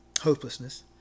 hopelessness